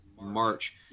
March